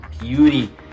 beauty